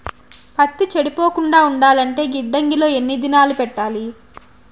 పత్తి చెడిపోకుండా ఉండాలంటే గిడ్డంగి లో ఎన్ని దినాలు పెట్టాలి?